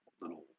little